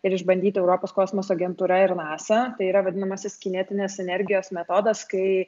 ir išbandyti europos kosmoso agentūra ir nasa tai yra vadinamasis kinetinės energijos metodas kai